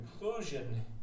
conclusion